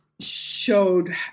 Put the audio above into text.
showed